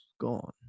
gone